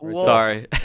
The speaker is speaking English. Sorry